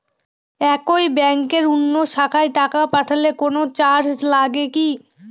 একই ব্যাংকের অন্য শাখায় টাকা পাঠালে কোন চার্জ লাগে কি?